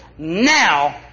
Now